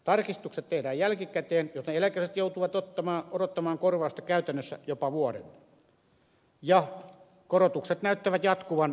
tarkistukset tehdään jälkikäteen joten eläkeläiset joutuvat odottamaan korvausta käytännössä jopa vuoden ja korotukset näyttävät jatkuvan